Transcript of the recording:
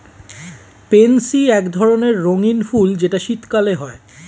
pansy এক ধরণের রঙ্গীন ফুল যেটা শীতকালে হয়